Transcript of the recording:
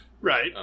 Right